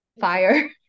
fire